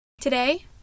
Today